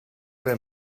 wer